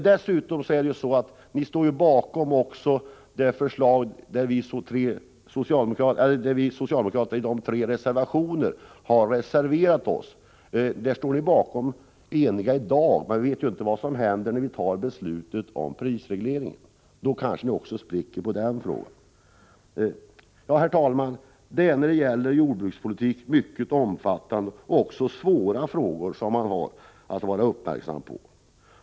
Dessutom står ni bakom de förslag som vi socialdemokrater i tre reservationer har vänt oss mot. Ni står visserligen eniga bakom dem i dag, men vi vet inte vad som händer när beslutet om prisregleringen skall fattas. Då kanske ni spricker också i den frågan. Herr talman! Jordbrukspolitiken berör mycket omfattande och svåra frågor.